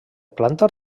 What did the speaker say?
planta